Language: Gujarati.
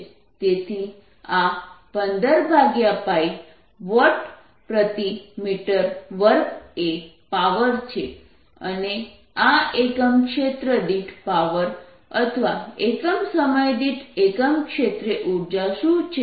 તેથી આ 15Wattsm2 એ પાવર છે અને આ એકમ ક્ષેત્ર દીઠ પાવર અથવા એકમ સમય દીઠ એકમ ક્ષેત્રે ઊર્જા શું છે